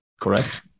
correct